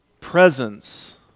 presence